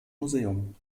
museum